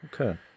Okay